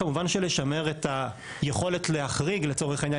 כמובן שלשמר את היכולת להחריג לצורך העניין